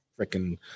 freaking